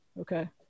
Okay